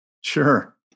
Sure